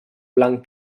blanc